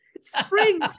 spring